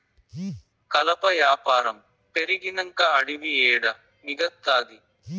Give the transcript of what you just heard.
కలప యాపారం పెరిగినంక అడివి ఏడ మిగల్తాది